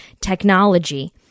technology